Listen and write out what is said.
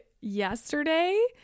yesterday